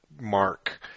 mark